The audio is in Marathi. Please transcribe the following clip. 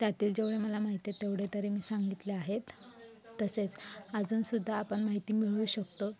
त्यातील जेवढे मला माहिती आहेत तेवढे तरी मी सांगितले आहेत तसेच अजून सुद्धा आपण माहिती मिळवू शकतो